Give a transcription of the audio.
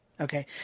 Okay